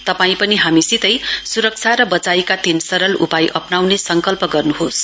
तपाईं पनि हामीसितै सुरक्षा र बचाईका तीन सरल उपाय अपनाउने संकल्प गर्नुहोस्